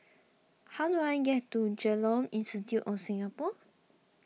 how do I get to Genome Institute of Singapore